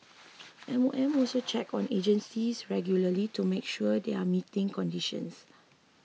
M O M also checks on agencies regularly to make sure they are meeting conditions